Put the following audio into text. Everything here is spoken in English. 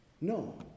No